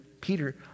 Peter